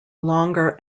longer